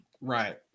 right